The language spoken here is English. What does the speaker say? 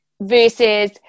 Versus